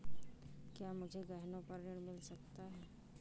क्या मुझे गहनों पर ऋण मिल सकता है?